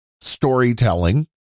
storytelling